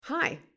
Hi